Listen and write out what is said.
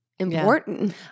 Important